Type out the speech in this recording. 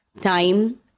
time